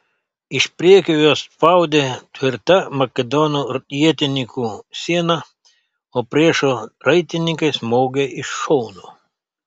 iš priekio juos spaudė tvirta makedonų ietininkų siena o priešo raitininkai smogė iš šono